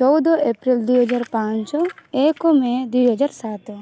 ଚଉଦ ଏପ୍ରିଲ ଦୁଇ ହଜାର ପାଞ୍ଚ ଏକ ମେ ଦୁଇ ହଜାର ସାତ